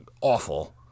awful